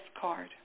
card